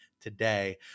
today